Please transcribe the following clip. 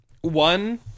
One